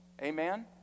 amen